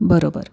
बरोबर